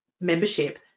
membership